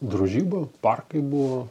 drožyba parkai buvo